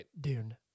Dune